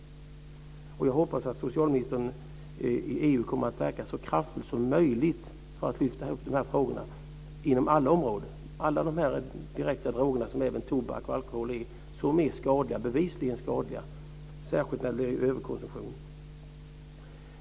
Jag hoppas att socialministern i EU kommer att verka så kraftigt som möjligt för att lyfta fram dessa frågor inom alla områden, alla dessa droger, även tobak och alkohol, som bevisligen är skadliga, särskilt vid överkonsumtion.